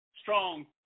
strong